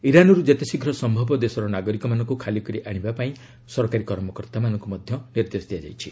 ଇରାନ୍ରୁ ଯେତେଶୀଘ୍ର ସମ୍ଭବ ଦେଶର ନାଗରିକମାନଙ୍କୁ ଖାଲି କରି ଆଣିବା ପାଇଁ ସରକାରୀ କର୍ମକର୍ତ୍ତାମାନଙ୍କୁ ନିର୍ଦ୍ଦେଶ ଦିଆଯାଇଛି